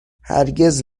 هرگز